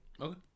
Okay